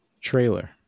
trailer